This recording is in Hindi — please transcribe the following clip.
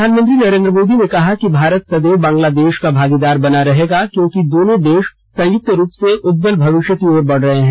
प्रधानमंत्री नरेन्द्र मोदी ने कहा कि भारत सदैव बांग्लादेश का भागीदार बना रहेगा क्योंकि दोनों देश संयुक्त रूप से उज्जवल भविष्य की ओर बढ़ रहे हैं